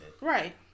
Right